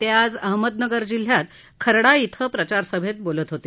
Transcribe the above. ते आज अहमदनगर जिल्ह्यात खर्डा इथं प्रचारसभेत बोलत होते